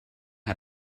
how